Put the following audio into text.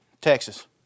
Texas